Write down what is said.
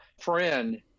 friend